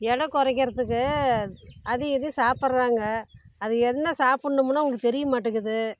எடை குறைக்கிறத்துக்கு அது இது சாப்பிட்றாங்க அது என்ன சாப்பிட்ணும்னு அவங்களுக்கு தெரியமாட்டேங்குது